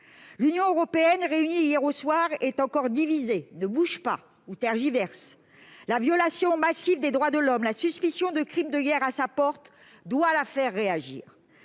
L'Union européenne, réunie hier soir, est encore divisée, ne bouge pas, ou tergiverse. La violation massive des droits de l'homme et la suspicion de crimes de guerre à sa porte doivent la faire réagir.